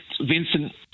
Vincent